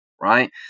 right